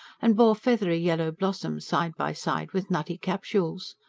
and bore feathery yellow blossoms side by side with nutty capsules.